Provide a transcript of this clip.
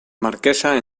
marquesa